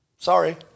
Sorry